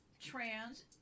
trans